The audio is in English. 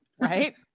right